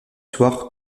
soir